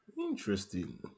Interesting